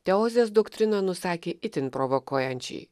teozės doktriną nusakė itin provokuojančiai